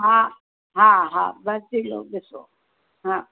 हा हा हा जेको ॾिसो